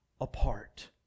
apart